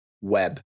web